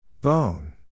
Bone